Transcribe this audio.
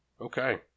Okay